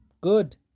Good